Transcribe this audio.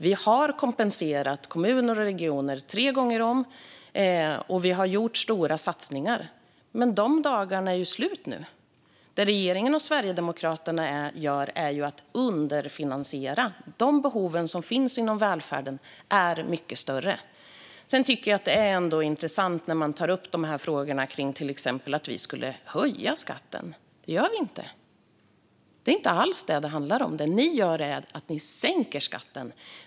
Vi har kompenserat kommuner och regioner tre gånger om, och vi har gjort stora satsningar. Men de dagarna är slut nu. Det regeringen och Sverigedemokraterna gör är att underfinansiera. De behov som finns inom välfärden är mycket större. Sedan är det intressant att man påstår att vi till exempel skulle höja skatten. Det gör vi inte. Det är inte alls detta det handlar om. Det ni gör är att ni sänker skatten.